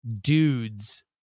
dudes